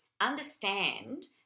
understand